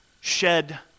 shed